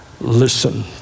listen